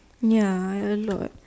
ya I a lot